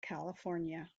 california